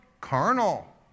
carnal